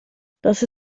das